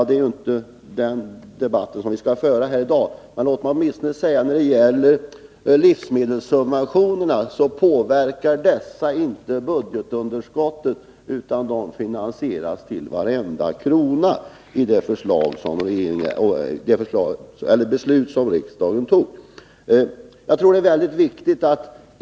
Det är ju inte den debatten vi skall föra här i dag, men låt mig åtminstone säga att när det gäller livsmedelssubventionerna så påverkar de inte budgetunderskottet, utan de finansieras till varenda krona enligt det beslut som riksdagen fattat.